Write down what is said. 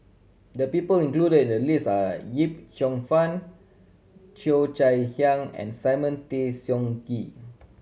the people included in the list are Yip Cheong Fun Cheo Chai Hiang and Simon Tay Seong Gee